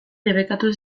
debekatu